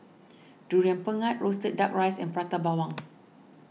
Durian Pengat Roasted Duck Rice and Prata Bawang